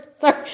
Sorry